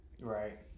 Right